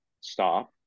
stop